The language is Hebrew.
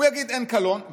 הוא יגיד שאין קלון,